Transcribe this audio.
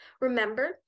Remember